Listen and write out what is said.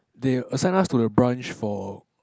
they assign us to the branch for